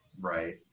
Right